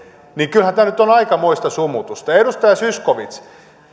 kyllähän tämä nyt on aikamoista sumutusta edustaja zyskowicz